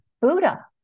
Buddha